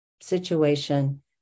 situation